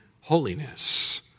holiness